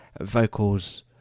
vocals